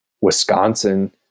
Wisconsin